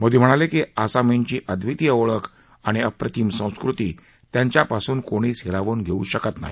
मोदी पुढे म्हणाले की आसामींची अद्वितिय ओळख आणि अप्रतिम संस्कृती त्यांच्यापासून कोणीच हिरावून घेवू शकत नाही